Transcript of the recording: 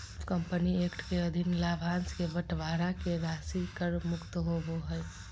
company act के अधीन लाभांश के बंटवारा के राशि कर मुक्त होबो हइ